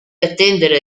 attendere